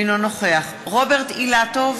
אינו נוכח רוברט אילטוב,